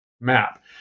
map